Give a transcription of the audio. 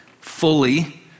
fully